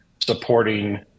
supporting